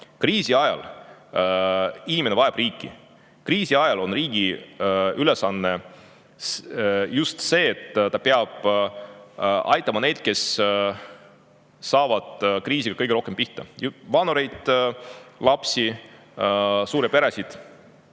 Kriisi ajal inimene vajab riiki. Kriisi ajal on riigi ülesanne just see, et ta peab aitama neid, kes saavad kriisi ajal kõige rohkem pihta: vanurid, lapsed, suured pered.